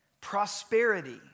prosperity